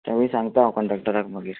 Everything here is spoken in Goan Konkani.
तेंवूय सांगता हांव कंडक्टराक मागीर